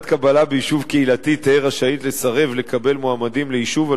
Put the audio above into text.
ביישוב קהילתי תהא רשאית לסרב לקבל מועמדים ליישוב על